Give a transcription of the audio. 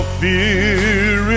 fear